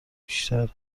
بیشتر